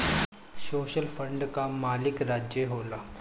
social fund कअ मालिक राज्य होला